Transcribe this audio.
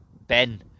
Ben